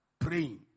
praying